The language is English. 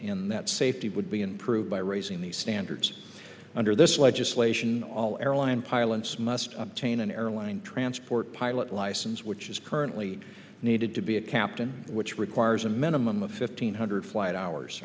in that safety would be improved by raising the standards under this legislation all airline pilots must obtain an airline transport pilot license which is currently needed to be a captain which requires a minimum of fifteen hundred fl